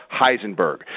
Heisenberg